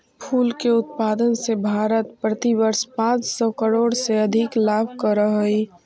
फूल के उत्पादन से भारत प्रतिवर्ष पाँच सौ करोड़ से अधिक लाभ करअ हई